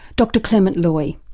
dr clement loy.